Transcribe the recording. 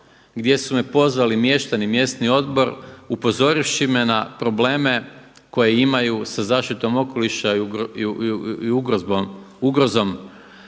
gdje su me pozvali mještani, mjesni odbor upozorivši me na probleme koje imaju sa zaštitom okoliša i ugrozom